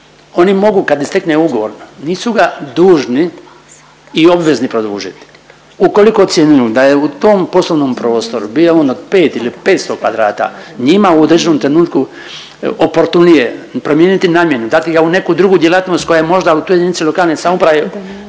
Oni mogu kad istekne ugovor, nisu ga dužni i obvezni produžiti, ukoliko ocjenjuju da je u tom poslovnom prostoru bio on od 5 ili 500 kvadrata, njima u određenom trenutku oportunije je promijeniti namjenu, dati ga u neku drugu djelatnost koja je možda u toj JLS nužna, važna,